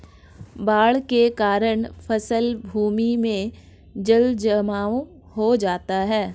बाढ़ के कारण फसल भूमि में जलजमाव हो जाता है